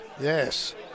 Yes